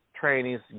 trainees